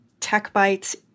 TechBytes